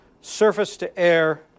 surface-to-air